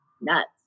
nuts